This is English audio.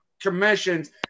commissions